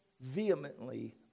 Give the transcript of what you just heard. vehemently